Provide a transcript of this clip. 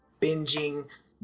binging